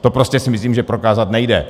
To prostě si myslím, že prokázat nejde.